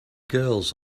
girls